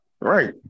Right